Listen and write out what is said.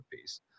piece